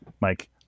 Mike